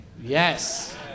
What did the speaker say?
Yes